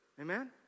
Amen